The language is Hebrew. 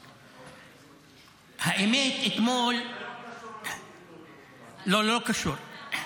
האמת, אתמול ------ לא, לא קשור.